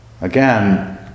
Again